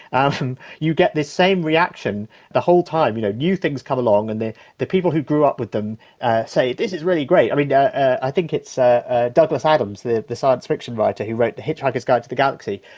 um you get this same reaction the whole time. you know, new things come along and the the people who grew up with them say this is really great. um and i think it's ah ah douglas adams, the the science-fiction writer who wrote the hitchhikers guide to the galaxy,